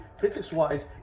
physics-wise